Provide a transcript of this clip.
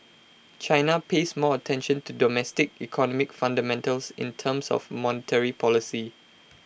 China pays more attention to domestic economic fundamentals in terms of monetary policy